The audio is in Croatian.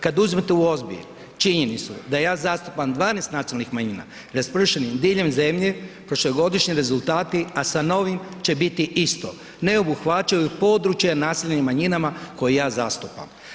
Kad uzmete u obzir činjenicu da ja zastupam 12 nacionalnih manjina raspršenih diljem zemlje, prošlogodišnji rezultati a sa novim će biti isto, ne obuhvaćaju područje naseljenih manjinama koje ja zastupam.